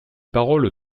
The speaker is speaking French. paroles